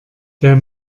der